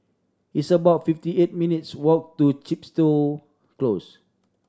it's about fifty eight minutes' walk to Chepstow Close